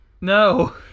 No